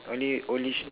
only only